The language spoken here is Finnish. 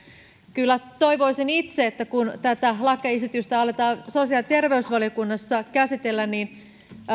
kyllä toivoisin itse että kun tätä lakiesitystä aletaan sosiaali ja terveysvaliokunnassa käsitellä niin